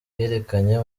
yerekanye